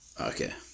Okay